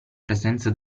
presenza